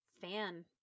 fan